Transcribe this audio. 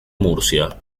murcia